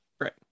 right